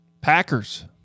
Packers